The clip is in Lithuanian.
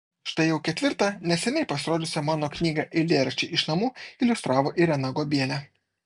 štai jau ketvirtą neseniai pasirodžiusią mano knygą eilėraščiai iš namų iliustravo irena guobienė